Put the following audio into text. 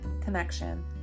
connection